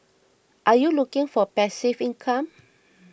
are you looking for passive income